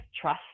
trust